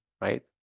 Right